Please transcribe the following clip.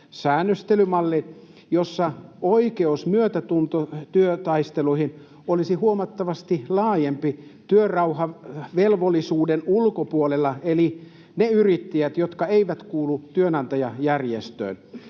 säännöstelymallin, jossa oikeus myötätuntotyötaisteluihin olisi huomattavasti laajempi työrauhavelvollisuuden ulkopuolella eli niillä yrittäjillä, jotka eivät kuulu työnantajajärjestöön,